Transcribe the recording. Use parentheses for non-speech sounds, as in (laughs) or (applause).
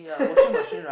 (laughs)